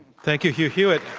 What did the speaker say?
thank you hugh hewitt.